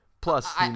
Plus